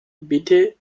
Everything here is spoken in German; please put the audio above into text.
bitte